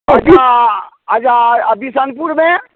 अच्छा अच्छा आ बिसनपुरमे